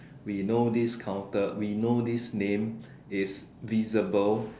we know this counter we know this name is visible